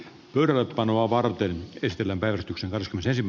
mörö panoa varten kestilän päivystyksen esim